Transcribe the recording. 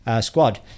squad